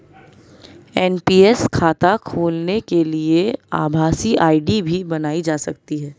NPS खाता खोलने के लिए आभासी आई.डी बनाई जा सकती है